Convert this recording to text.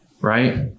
right